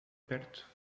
perto